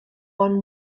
one